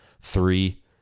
Three